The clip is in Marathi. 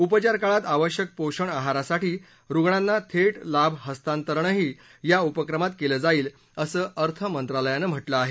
उपचार काळात आवश्यक पोषण आहारासाठी रुग्णांना थेट लाभ हस्तांतरणही या उपक्रमात केल जाईल असं अर्थमंत्रालयानं म्हटलं आहे